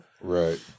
right